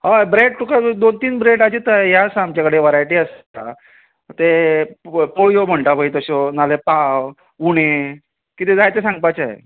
हय ब्रेड तुका दोन तीन ब्रेडाची हें आसा वरायटी आसता तें पोळयो म्हणटा पळय तश्यो नाल्यार पाव उणें कितें जाय तें सांगपाचें